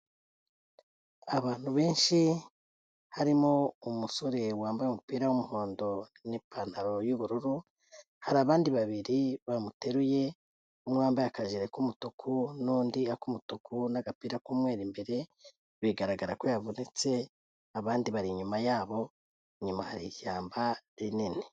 Abantu benshi harimo umusore wambaye umupira w'umuhondo n'ipantaro y'ubururu, hari abandi babiri bamuteruye umwe wambaye akajire k'umutuku n'undi ak'umutuku n'agapira k'umweru imbere bigaragara ko yavunitse, abandi bari inyuma yabo, inyuma hari ishyamba rinini.